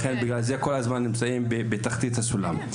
לכן בגלל זה כל הזמן נמצאים בתחתי הסולם.